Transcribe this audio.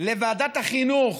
לוועדת החינוך.